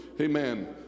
Amen